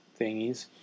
thingies